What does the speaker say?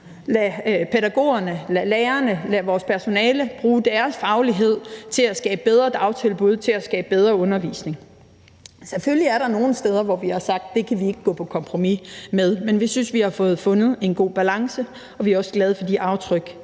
lade pædagogerne, lade lærerne, lade vores personale bruge deres faglighed til at skabe bedre dagtilbud, til at skabe bedre undervisning. Selvfølgelig er der nogle steder, hvor vi har sagt: Det kan vi ikke gå på kompromis med. Men vi synes, vi har fået fundet en god balance. Og vi er også glade for de aftryk,